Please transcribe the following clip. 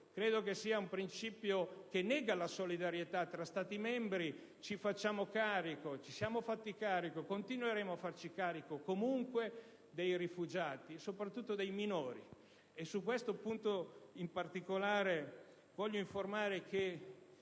Credo che questo sia un principio che nega la solidarietà tra Stati membri. Ci siamo fatti carico e continueremo a farci carico comunque dei rifugiati, soprattutto dei minori. Su questo punto in particolare vorrei informare che